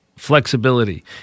flexibility